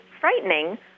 frightening